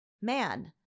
man